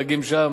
דגים שם.